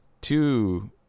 two